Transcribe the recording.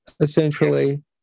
essentially